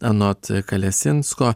anot kalesinsko